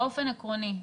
באופן עקרוני,